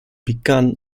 begun